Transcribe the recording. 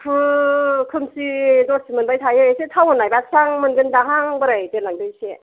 दुखु खोमसि दरसि मोनबाय थायो एसे टाउन नायबा स्रां मोनगोन दां हां बोराय दोनलांदो एसे